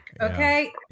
Okay